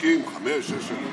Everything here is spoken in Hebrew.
מחכים חמש-שש שנים,